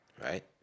Right